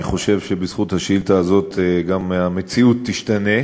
אני חושב שבזכות השאילתה הזאת גם המציאות תשתנה.